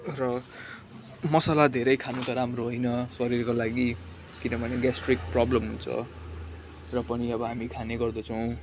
र मसला धेरै खानु त राम्रो होइन शरीरको लागि किनभने ग्यास्ट्रिक प्रब्लम हुन्छ र पनि अब हामी खाने गर्दछौँ